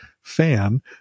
fan